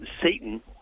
Satan